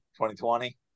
2020